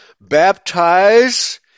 baptize